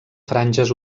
franges